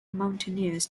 mountaineers